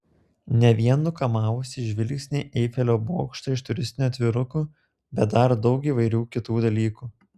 ne vien nukamavusį žvilgsnį eifelio bokštą iš turistinių atvirukų bet dar daug įvairių kitų dalykų